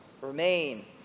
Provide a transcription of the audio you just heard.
Remain